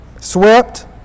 swept